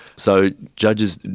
so judges,